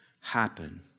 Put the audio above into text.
happen